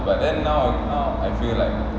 but then now now I feel like